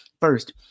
First